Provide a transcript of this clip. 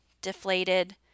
deflated